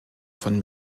von